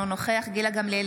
אינו נוכח גילה גמליאל,